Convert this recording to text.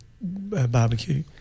barbecue